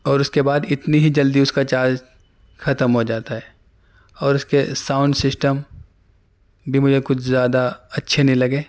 اور اس کے بعد اتنی ہی جلدی اس کا چارج ختم ہو جاتا ہے اور اس کے ساؤنڈ سسٹم بھی مجھے کچھ زیادہ اچھے نہیں لگے